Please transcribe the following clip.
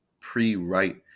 pre-write